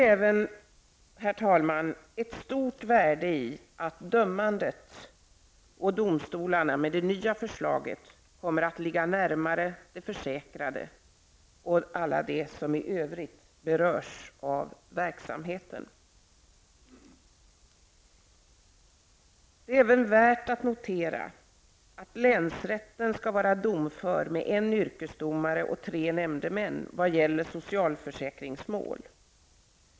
Det ligger även ett stort värde i att dömandet och domstolarna med det nya förslaget kommer att ligga närmare de försäkrade och alla dem som i övrigt berörs av verksamheten. Det är även värt att notera att länsrätten skall vara domför med en yrkesdomare och tre nämndemän vad gäller socialförsäkringsmål.